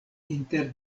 inter